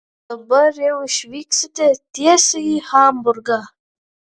dabar jau išvyksite tiesiai į hamburgą